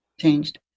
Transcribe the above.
changed